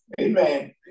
Amen